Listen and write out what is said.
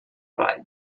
ball